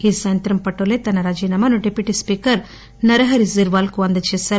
ఈ సాయంత్రం పటోలే తన రాజీనామాను డిప్యూటీ స్కీకర్ నరహరి శిర్వాల్ కి అందచేసారు